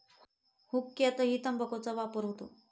हुक्क्यातही तंबाखूचा वापर होतो